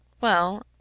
Well